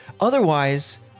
otherwise